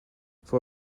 for